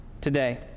today